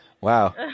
wow